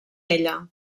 ella